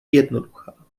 jednoduchá